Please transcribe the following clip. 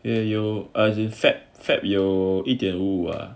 也有 as in feb feb 有一点五五 ah